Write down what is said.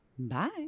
Bye